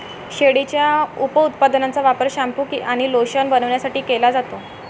शेळीच्या उपउत्पादनांचा वापर शॅम्पू आणि लोशन बनवण्यासाठी केला जातो